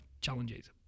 Challenges